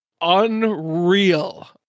unreal